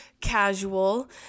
casual